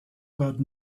about